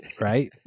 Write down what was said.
right